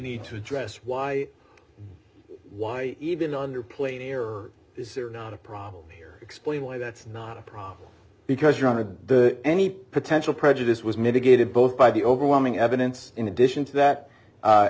need to address why why even on your plate here or is there not a problem here explain why that's not a problem because you're on to any potential prejudice was mitigated both by the overwhelming evidence in addition to that